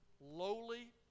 lowly